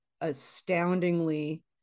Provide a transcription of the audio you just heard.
astoundingly